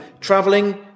traveling